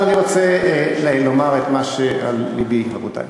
אבל אני רוצה לומר את מה שעל לבי, רבותי.